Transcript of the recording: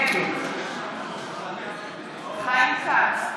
נגד חיים כץ,